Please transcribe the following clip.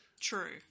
True